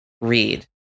read